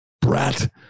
brat